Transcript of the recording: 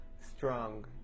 strong